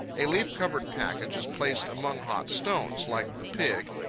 a leaf-covered package is placed among hot stones, like the pig,